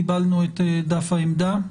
קיבלנו את דף העמדה.